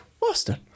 Boston